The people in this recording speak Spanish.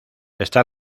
está